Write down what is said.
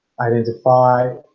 identify